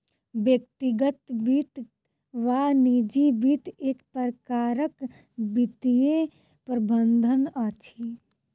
व्यक्तिगत वित्त वा निजी वित्त एक प्रकारक वित्तीय प्रबंधन अछि